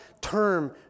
term